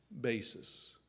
basis